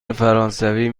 فرانسوی